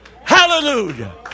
Hallelujah